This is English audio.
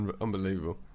Unbelievable